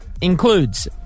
includes